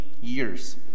years